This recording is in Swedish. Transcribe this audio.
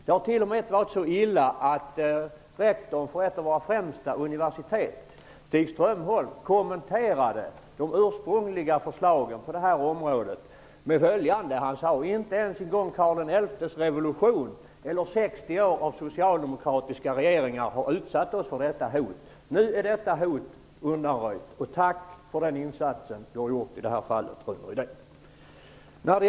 Det har t.o.m. varit så illa att rektorn för ett av våra främsta universitet, Stig Strömholm, kommenterade de ursprungliga förslagen på detta område på följande sätt: inte ens en gång Karl XI:s revolution eller 60 år av socialdemokratiska regeringar har utsatt oss för detta hot. Nu är detta hot undanröjt. Tack för den insats som du har gjort i detta fall, Rune Rydén!